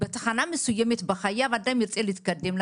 בתחנה מסוימת בחייו אדם ירצה להתקדם,